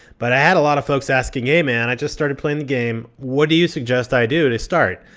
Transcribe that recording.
but i had a lot of folks asking, hey, man, i just started playing the game. what do you suggest i do to start?